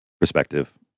perspective